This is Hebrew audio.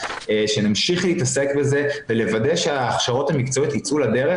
שנמשיך להתעסק בזה ולוודא שההכשרות המקצועיות ייצאו לדרך,